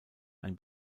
ein